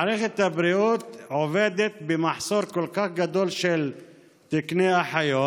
מערכת הבריאות עובדת במחסור כל כך גדול של תקני אחיות,